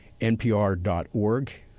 NPR.org